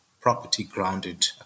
property-grounded